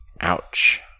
Ouch